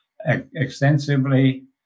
extensively